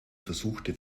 versuchte